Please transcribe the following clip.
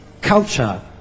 Culture